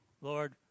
Lord